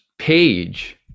page